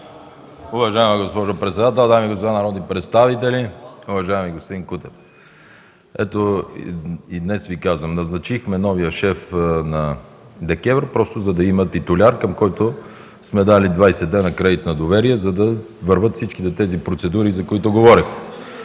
Уважаема госпожо председател, дами и господа народни представители! Уважаем господин Кутев, ето и днес Ви казвам: назначихме новия шеф на ДКЕВР, просто за да има титуляр, към който сме дали 20 дни кредит на доверие, за да вървят всички тези процедури, за които говорим.